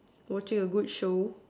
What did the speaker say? watching a good show